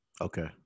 Okay